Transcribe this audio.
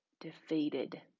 defeated